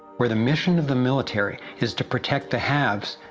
where the mission of the military is to protect the haves